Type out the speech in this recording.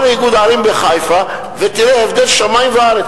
לאיגוד ערים בחיפה ותראה הבדל של שמים וארץ.